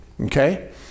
okay